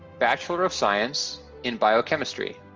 bachelor of science in biochemistry.